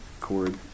cord